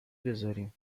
بذاریم